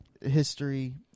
history